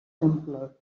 simpler